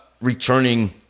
returning